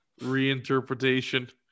Reinterpretation